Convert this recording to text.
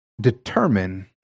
determine